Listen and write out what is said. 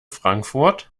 frankfurt